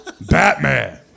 Batman